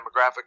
demographic